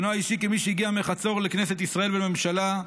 כמי שהגיע מחצור לכנסת ישראל ולממשלה,